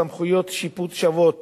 סמכויות שיפוט שוות